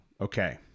Okay